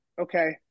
Okay